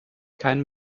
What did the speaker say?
keinen